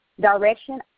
direction